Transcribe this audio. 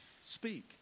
speak